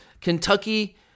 Kentucky